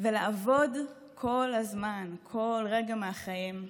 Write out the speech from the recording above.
ולעבוד כל הזמן, כל רגע מהחיים,